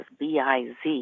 .biz